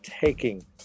taking